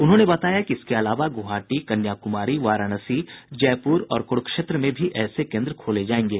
उन्होंने बताया कि इसके अलावा गुवाहाटी कन्याकुमारी वाराणसी जयपुर और कुरूक्षेत्र में भी ऐसे केंद्र खोले जायेंगे